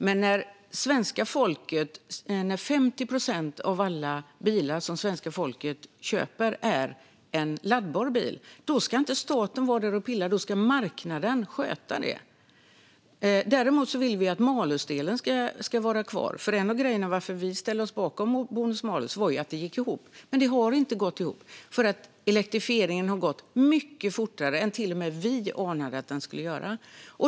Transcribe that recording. Men när 50 procent av alla bilar som svenska folket köper är laddbara ska inte staten vara där och pilla. Då ska marknaden sköta det. Däremot vill vi att malusdelen ska vara kvar. En anledning till att vi ställde oss bakom bonus malus var att det skulle gå ihop. Men det har inte gått ihop, för elektrifieringen har gått mycket fortare än vad till och med vi anade att den skulle göra.